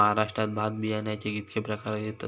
महाराष्ट्रात भात बियाण्याचे कीतके प्रकार घेतत?